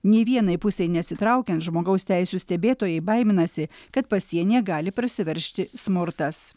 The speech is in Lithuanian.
nei vienai pusei nesitraukiant žmogaus teisių stebėtojai baiminasi kad pasienyje gali prasiveržti smurtas